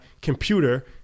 computer